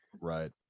right